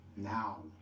Now